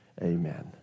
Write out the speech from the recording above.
Amen